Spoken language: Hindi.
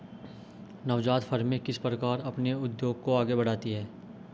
नवजात फ़र्में किस प्रकार अपने उद्योग को आगे बढ़ाती हैं?